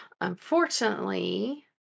unfortunately